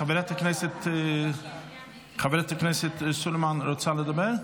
חברת הכנסת סלימאן מחד"ש, רוצה לדבר?